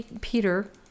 Peter